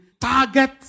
target